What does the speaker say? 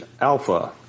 Alpha